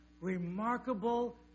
remarkable